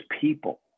people